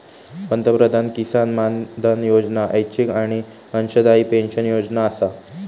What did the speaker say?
पंतप्रधान किसान मानधन योजना ऐच्छिक आणि अंशदायी पेन्शन योजना आसा